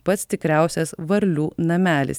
pats tikriausias varlių namelis